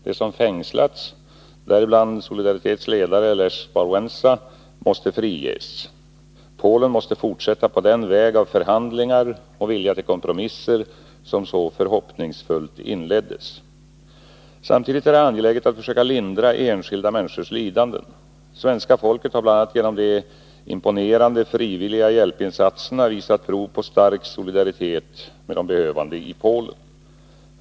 De som fängslats, däribland Solidaritets ledare Lech Walesa, måste friges. Polen måste fortsätta på den väg av förhandlingar och vilja till kompromisser som så förhoppningsfullt inleddes. Samtidigt är det angeläget att försöka lindra enskilda människors lidanden. Svenska folket har bl.a. genom de imponerande frivilliga hjälpinsatserna visat prov på stark solidaritet med behövande i Polen.